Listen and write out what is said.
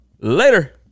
later